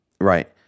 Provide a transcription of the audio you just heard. Right